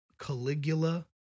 caligula